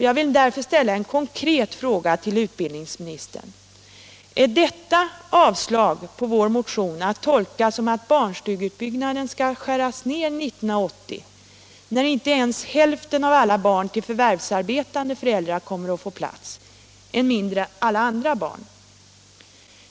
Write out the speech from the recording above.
Jag vill därför nu ställa en konkret fråga till utbildningsministern: Är detta avslag på vår motion att tolka så, att barnstugeutbyggnaden skall skäras ned 1980, när inte ens hälften av alla barn till förvärvsarbetande föräldrar kommer att få plats, än mindre alla andra barn?